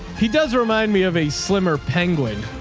he does remind me of a slimmer penguin.